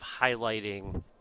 highlighting